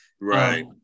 Right